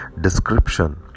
description